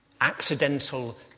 accidental